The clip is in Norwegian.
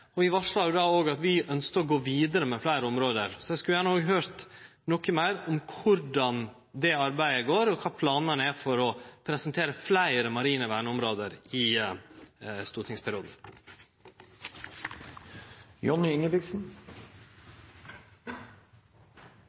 at vi ønskte å gå vidare med fleire område. Eg skulle gjerne høyrt noko meir om korleis det arbeidet går, og kva planane er for å presentere fleire marine verneområde i stortingsperioden.